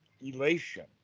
elation